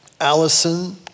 Allison